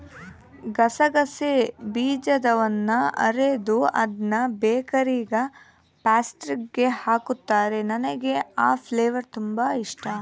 ಗಸಗಸೆ ಬೀಜದವನ್ನ ಅರೆದು ಅದ್ನ ಬೇಕರಿಗ ಪ್ಯಾಸ್ಟ್ರಿಸ್ಗೆ ಹಾಕುತ್ತಾರ, ನನಗೆ ಆ ಫ್ಲೇವರ್ ತುಂಬಾ ಇಷ್ಟಾ